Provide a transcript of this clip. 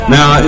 Now